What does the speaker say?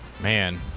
Man